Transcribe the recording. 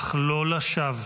אך לא לשווא.